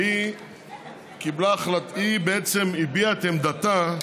והיא בעצם הביעה את עמדתה.